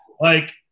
Like-